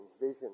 vision